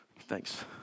Thanks